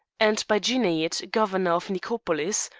and by djouneid, governor of nicopolis,